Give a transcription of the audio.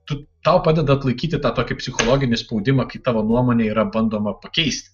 tu tau padeda atlaikyti tą tokį psichologinį spaudimą kai tavo nuomonė yra bandoma pakeisti